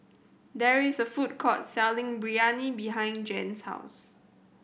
there is a food court selling Biryani behind Jens' house